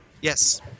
Yes